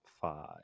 five